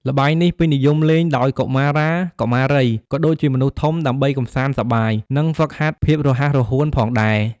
ល្បែងនេះពេញនិយមលេងដោយកុមារា កុមារី ក៏ដូចជាមនុស្សធំ ដើម្បីកម្សាន្តសប្បាយ និងហ្វឹកហាត់ភាពរហ័សរហួនផងដែរ។